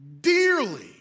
dearly